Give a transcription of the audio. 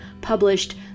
published